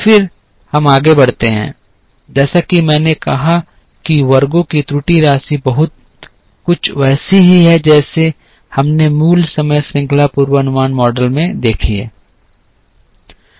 फिर हम आगे बढ़ते हैं जैसा कि मैंने कहा कि वर्गों की त्रुटि राशि बहुत कुछ वैसी ही है जैसी हमने मूल समय श्रृंखला पूर्वानुमान मॉडल में देखी है